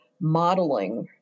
modeling